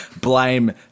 Blame